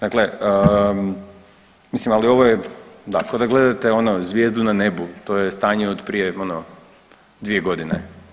Dakle, mislim ali ovo je, da ko da gledate ono zvijezdu na nebu, to je stanje od prije ono 2 godine.